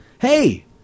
Hey